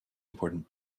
important